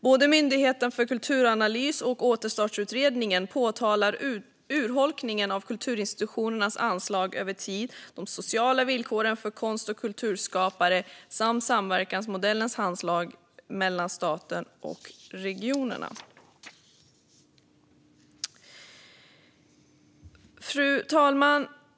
Både Myndigheten för kulturanalys och Återstartsutredningen påtalar urholkningen av kulturinstitutionernas anslag över tid, de sociala villkoren för konst och kulturskapare samt samverkansmodellens handslag mellan staten och regionerna. Fru talman!